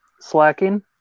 slacking